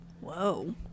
Whoa